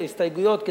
הסתייגויות,